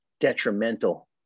detrimental